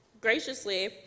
Graciously